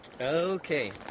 Okay